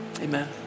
Amen